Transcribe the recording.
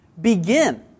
begin